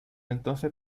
entonces